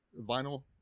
vinyl